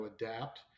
adapt